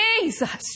Jesus